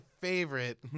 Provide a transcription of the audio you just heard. favorite